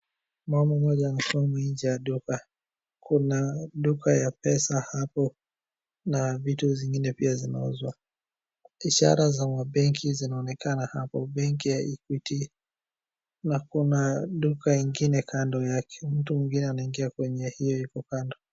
Mama mmoja amesimama nje ya duka. Kuna duka ya pesa hapo na vitu zingine pia zinauzwa. Ishara za mabenki zinaonekana hapo. Benki ya Equity na kuna duka ingine kando yake. Mtu mwingine anaingia kwenye hiyo iko kando.